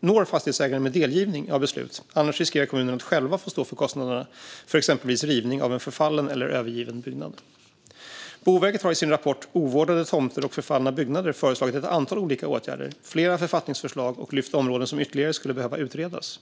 når fastighetsägaren med delgivning av beslut. Annars riskerar kommunen att själv få stå för kostnaderna för exempelvis rivning av en förfallen eller övergiven byggnad. Boverket har i sin rapport Ovårdade tomter och förfallna byggnader föreslagit ett antal olika åtgärder och flera författningsförslag och lyft fram områden som ytterligare skulle behövas utredas.